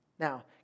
Now